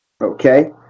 Okay